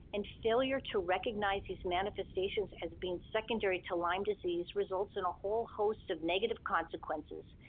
and failure to recognize these manifestations as being secondary to lyme disease results in a whole host of negative consequences,